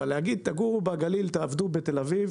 אבל להגיד תגורו בגליל, תעבדו בתל-אביב